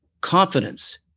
confidence